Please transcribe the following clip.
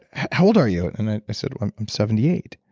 how old are you? and ah i said, well, i'm i'm seventy eight.